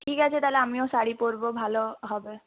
ঠিক আছে তাহলে আমিও শাড়ি পরব ভালো হবে